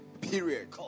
period